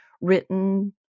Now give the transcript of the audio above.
written